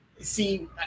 see